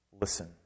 listen